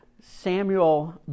Samuel